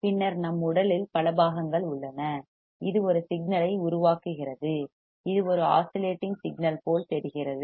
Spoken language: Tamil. பின்னர் நம் உடலில் பல பாகங்கள் உள்ளன இது ஒரு சிக்னல் ஐ உருவாக்குகிறது இது ஒரு ஆஸிலேட்டிங் சிக்னல் போல் தெரிகிறது